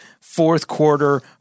fourth-quarter